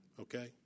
okay